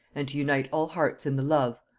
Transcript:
and to unite all hearts in the love,